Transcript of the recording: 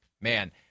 man